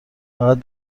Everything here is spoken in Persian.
فقط